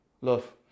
love